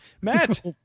Matt